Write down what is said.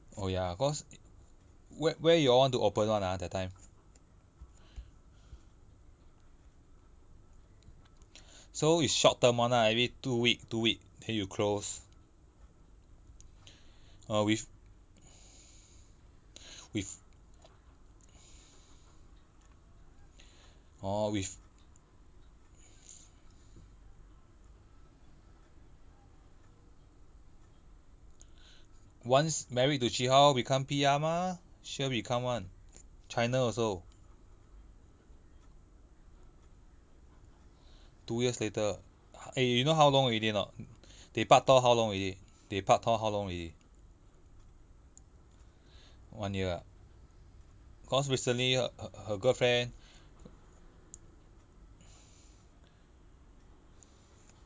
oh ya cause where where you all want to open [one] ah that time so is short term one ah every two week two week then you close err with with orh with once married to chee hao become P_R mah sure become [one] china also two years later eh you know how long already or not they pak tor how long already they pak tor how long already one year ah cause recently h~ h~ her girlfriend